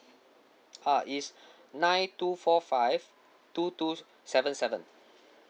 uh is nine two four five two two seven seven